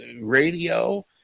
radio